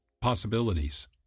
possibilities